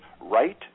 Right